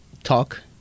talk